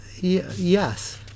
Yes